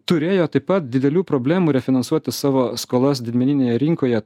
turėjo taip pat didelių problemų refinansuoti savo skolas didmeninėje rinkoje